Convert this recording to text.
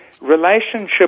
relationship